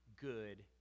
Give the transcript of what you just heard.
good